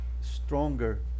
stronger